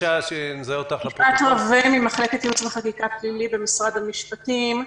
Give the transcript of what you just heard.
אני ממחלקת ייעוץ וחקיקה (פלילי) במשרד המשפטים.